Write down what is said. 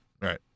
right